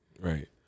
right